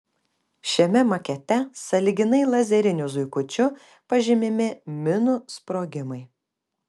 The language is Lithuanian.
šiame makete sąlyginai lazeriniu zuikučiu pažymimi minų sprogimai